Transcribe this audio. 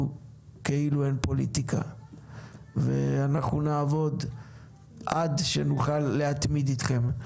כאילו אין פוליטיקה ואנחנו נעבוד עד שנוכל להתמיד איתכם.